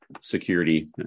security